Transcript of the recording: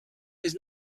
his